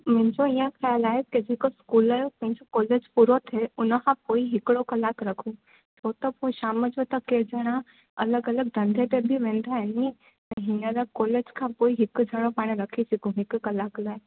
मुंहिंजो ईअं ख़्याल आहे की जेको स्कूल जो सम्झ कोर्सिस पूरो थिए उनखां पोइ हिकिड़ो कलाक रखूं हो त पोइ शाम जो त के ॼणा अलॻि अलॻि धंधे ते बि वेंदा आहिनि त हीअंर कॉलेज खां कोई हिकु ॼणो पाण रखी सघूं हिकु कलाकु लाइ